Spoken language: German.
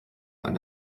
ein